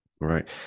Right